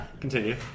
Continue